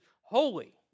holy